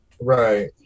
Right